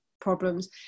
problems